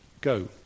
Go